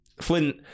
Flint